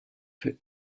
für